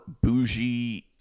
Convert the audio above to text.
bougie